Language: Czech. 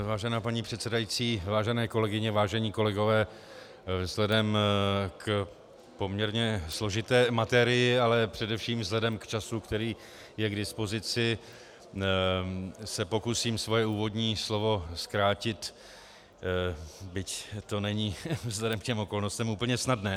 Vážená paní předsedající, vážené kolegyně, vážení kolegové, vzhledem k poměrně složité materii, ale především vzhledem k času, který je k dispozici, se pokusím svoje úvodní slovo zkrátit, byť to není vzhledem k okolnostem úplně snadné.